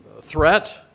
threat